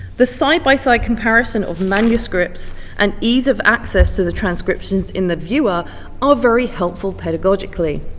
the side-by-side comparison of manuscripts and ease of access to the transcriptions in the viewer are very helpful pedagogically.